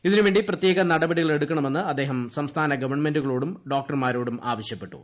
ഇതിനു വേണ്ടി പ്രത്യേക നടപടികളെടുക്കണമെന്ന് അദ്ദേഹം സംസ്ഥാന ഗവൺമെന്റുകളോടും ഡോക്ടർമാര്കോടും ആവശ്യപ്പെട്ടു